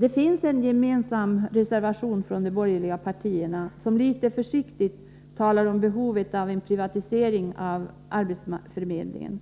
Det finns en gemensam reservation från de borgerliga partierna där det litet försiktigt talas om behovet av en privatisering av arbetsförmedlingen.